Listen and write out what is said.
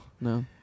No